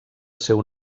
seu